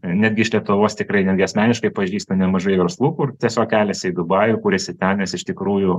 netgi iš lietuvos tikrai netgi asmeniškai pažįsta nemažai verslų kur tiesiog keliasi į dubajų kur jisai tenes iš tikrųjų